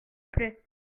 plait